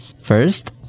First